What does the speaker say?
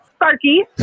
Sparky